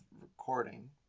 recording